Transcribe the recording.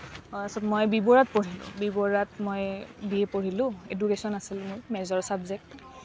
তাৰপিছত মই বি বৰুৱাত পঢ়িলোঁ বি বৰুৱাত মই বি এ পঢ়িলোঁ এডুকেশ্যন আছিল মোৰ মেজৰ ছাবজেক্ট